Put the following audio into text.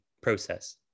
process